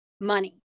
money